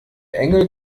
engel